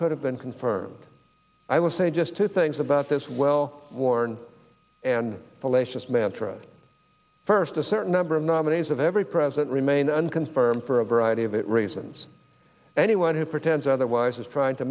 could have been confirmed i will say just two things about this well worn and fallacious mantra first a certain number of nominees of every president remain unconfirmed for a variety of reasons anyone who pretends otherwise is trying to